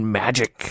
magic